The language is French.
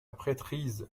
prêtrise